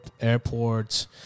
airports